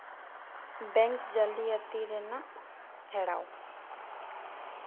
bank ᱡᱟᱹᱞᱤᱭᱟᱛᱤ ᱨᱮᱱᱟᱜ ᱦᱮᱲᱟᱣ